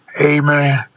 Amen